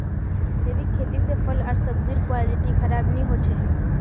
जैविक खेती से फल आर सब्जिर क्वालिटी खराब नहीं हो छे